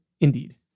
Indeed